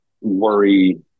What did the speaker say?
worry